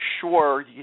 sure